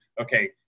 okay